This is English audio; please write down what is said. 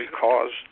caused